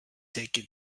taken